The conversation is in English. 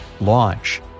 Launch